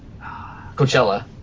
Coachella